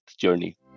journey